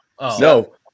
No